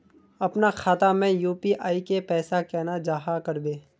अपना खाता में यू.पी.आई के पैसा केना जाहा करबे?